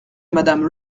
madame